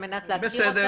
על מנת להכיר אותם.